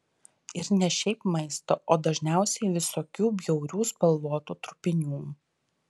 ir ne šiaip maisto o dažniausiai visokių bjaurių spalvotų trupinių